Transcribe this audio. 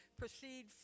proceed